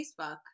Facebook